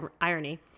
irony